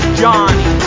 Johnny